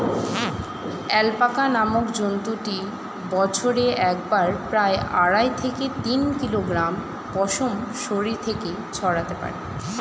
alpaca নামক জন্তুটি বছরে একবারে প্রায় আড়াই থেকে তিন কিলোগ্রাম পশম শরীর থেকে ঝরাতে পারে